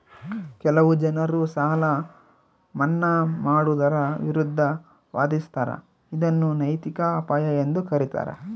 ಕೆಲವು ಜನರು ಸಾಲ ಮನ್ನಾ ಮಾಡುವುದರ ವಿರುದ್ಧ ವಾದಿಸ್ತರ ಇದನ್ನು ನೈತಿಕ ಅಪಾಯ ಎಂದು ಕರೀತಾರ